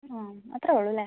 ആ അത്രേ ഉള്ളൂ അല്ലേ